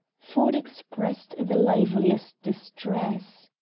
ford expressed the liveliest distress.